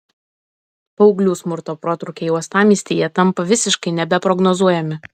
paauglių smurto protrūkiai uostamiestyje tampa visiškai nebeprognozuojami